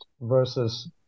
versus